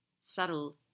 subtle